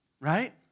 right